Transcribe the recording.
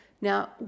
Now